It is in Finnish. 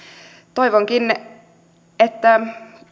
toivonkin että